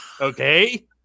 okay